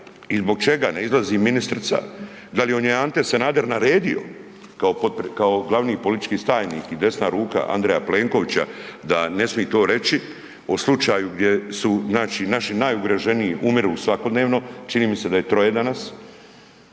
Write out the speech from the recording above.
i zbog čega ne izlazi ministrica, da li joj je Ante Sanader naredio kao glavni politički tajnik i desna ruka Andreja Plenkovića da ne smije to reći o slučaju gdje su znači najugroženiji umiru svakodnevno, čini mi se da je 3 danas.